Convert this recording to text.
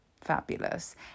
Fabulous